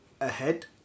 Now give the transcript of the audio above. ahead